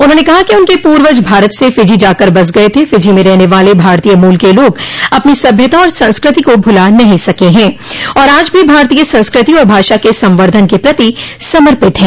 उन्होंने कहा कि उनके पूर्वज भारत से फिजी जाकर बस गये थे फिजी में रहने वाले भारतीय मूल के लोग अपनी सभ्यता और संस्कृति को भुला नहीं सकें है और आज भी भारतीय संस्कृति और भाषा के संवर्द्वन के प्रति समर्पित हैं